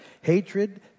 hatred